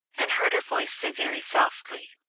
and heard her voice say very softly,